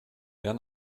wer